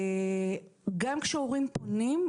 גם כשהורים פונים,